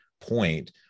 point